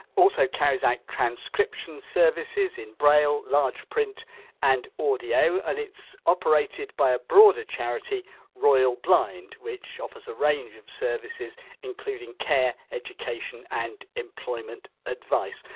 also carries out transcription services in braille, large print and audio. and it's operated by a broader charity royal blind which offers a range of services including care, education and employment advice.